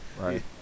Right